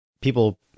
people